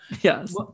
yes